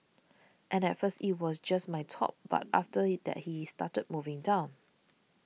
and at first it was just my top but after that he started moving down